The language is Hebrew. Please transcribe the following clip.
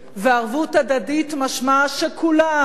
ערבות הדדית משמעה שכולם,